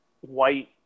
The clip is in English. white